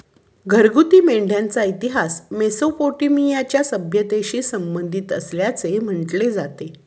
घरगुती मेंढ्यांचा इतिहास मेसोपोटेमियाच्या सभ्यतेशी संबंधित असल्याचे म्हटले जाते